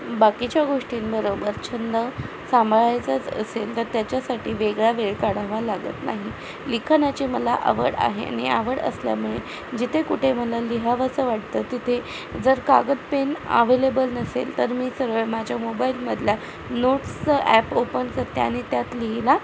बाकीच्या गोष्टींबरोबर छंद सांभाळायचाच असेल तर त्याच्यासाठी वेगळा वेळ काढावा लागत नाही लिखाणाची मला आवड आहे आणि आवड असल्यामुळे जिथे कुठे मला लिहावसं वाटतं तिथे जर कागद पेन अवेलेबल नसेल तर मी सरळ माझ्या मोबाईलमधल्या नोट्सचं ॲप ओपन करते आणि त्यात लिहिला